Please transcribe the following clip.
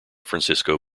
francisco